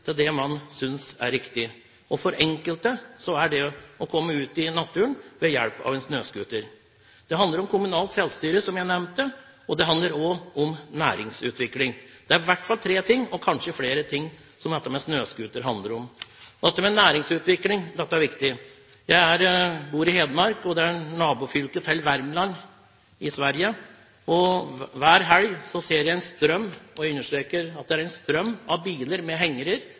det man synes er riktig, og for enkelte er det å komme ut i naturen ved hjelp av snøscooter. Det handler om kommunalt selvstyre, som jeg nevnte, og det handler også om næringsutvikling. Det er i hvert fall tre ting, og kanskje flere ting snøscooter handler om. Næringsutvikling er viktig. Jeg bor i Hedmark, og det er nabofylket til Värmland i Sverige. Hver helg ser jeg en strøm – og jeg understreker en strøm – av norske biler med